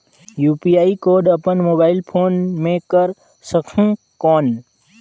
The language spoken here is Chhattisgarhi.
यू.पी.आई कोड अपन मोबाईल फोन मे कर सकहुं कौन?